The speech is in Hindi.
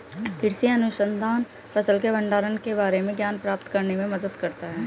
कृषि अनुसंधान फसल के भंडारण के बारे में ज्ञान प्राप्त करने में मदद करता है